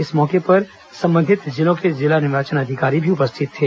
इस मौके पर संबंधित जिलों के जिला निर्वाचन अधिकारी भी उपस्थित थे